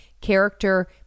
character